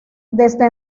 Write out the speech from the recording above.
desde